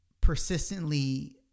persistently